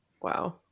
wow